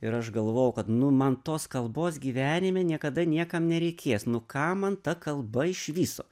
ir aš galvojau kad nu man tos kalbos gyvenime niekada niekam nereikės nu kam man ta kalba iš viso